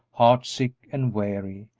heartsick and weary,